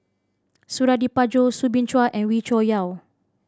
Suradi Parjo Soo Bin Chua and Wee Cho Yaw